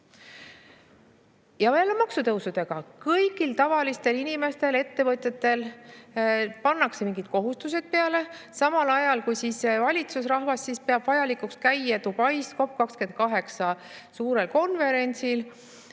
Ja jälle maksutõusudega! Kõigile tavalistele inimestele ja ettevõtjatele pannakse mingid kohustused peale, samal ajal kui valitsusrahvas peab vajalikuks käia Dubais COP28 suurel konverentsil.